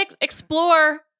explore